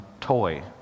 toy